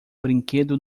brinquedo